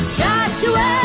joshua